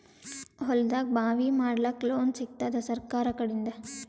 ಹೊಲದಾಗಬಾವಿ ಮಾಡಲಾಕ ಲೋನ್ ಸಿಗತ್ತಾದ ಸರ್ಕಾರಕಡಿಂದ?